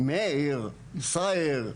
מאיר סייר,